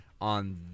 on